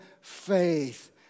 faith